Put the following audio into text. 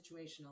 situational